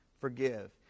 Forgive